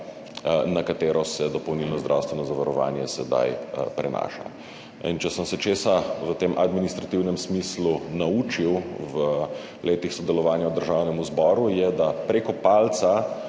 na katero se dopolnilno zdravstveno zavarovanje sedaj prenaša. In če sem se česa v tem administrativnem smislu naučil v letih sodelovanja v Državnem zboru je, da preko palca